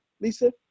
lisa